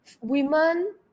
women